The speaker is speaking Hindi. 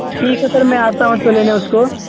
ठीक है सर मैं आता हूँ तो लेने उसको